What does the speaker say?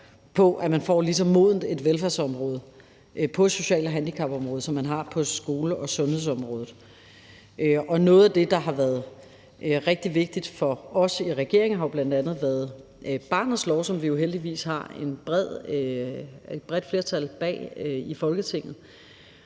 på, at man får et lige så modent velfærdsområde på social- og handicapområdet, som man har på skole- og sundhedsområdet. Kl. 14:10 Noget af det, der har været rigtig vigtigt for os i regeringen, har bl.a. været barnets lov, som vi jo heldigvis har et bredt flertal bag i Folketinget.